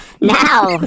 Now